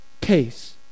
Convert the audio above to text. case